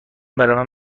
بروم